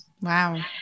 Wow